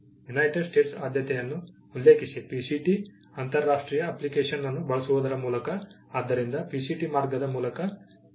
United States ಆದ್ಯತೆಯನ್ನು ಉಲ್ಲೇಖಿಸಿ PCT ಅಂತರರಾಷ್ಟ್ರೀಯ ಅಪ್ಲಿಕೇಶನ್ ಅನ್ನು ಬಳಸುವುದರ ಮೂಲಕ ಆದ್ದರಿಂದ PCT ಮಾರ್ಗದ ಮೂಲಕ ಭಾರತದಲ್ಲಿ ಅನುಸರಿಸಲಾಗುತ್ತದೆ